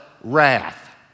wrath